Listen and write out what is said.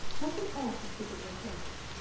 nothing else was put in their place,